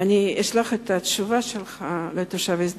אני אשלח את התשובה שלך לתושבי שדרות.